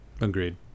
Agreed